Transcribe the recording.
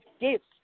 gifts